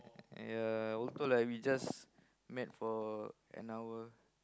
ya although we just met for like an hour